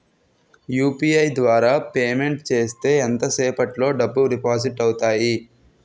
UPI ద్వారా payment చేస్తే ఎంత సేపటిలో డబ్బులు డిపాజిట్ అవుతాయి?